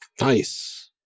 Nice